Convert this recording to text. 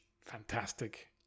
Fantastic